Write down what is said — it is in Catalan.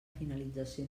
finalització